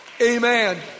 Amen